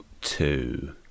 two